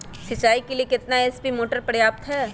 सिंचाई के लिए कितना एच.पी मोटर पर्याप्त है?